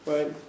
Right